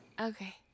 Okay